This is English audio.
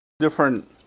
different